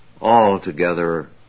altogether